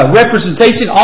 representation